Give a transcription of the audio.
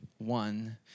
One